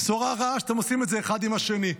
הבשורה הרעה היא שאתם עושים את זה אחד עם השני.